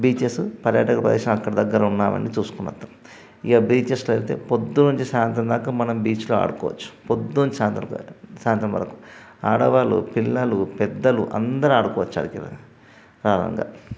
beaches పర్యాటక ప్రదేశం అక్కడ దగ్గర ఉన్న అవన్నీ చూసుకొని వస్తాము ఇక బీచెస్లో అయితే పొద్దున నుంచి సాయంత్రం దాకా మనం బీచ్లో ఆడుకోవచ్చు పొద్దున నుంచి సాయంత్రం దాకా సాయంత్రం వరకు ఆడవాళ్ళు పిల్లలు పెద్దలు అందరూ ఆడుకోవచ్చు అక్కడికెళ్ళి దారాళంగా